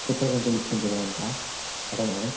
कुत्र गन्तुमिच्छन्ति भवन्तः अटनाय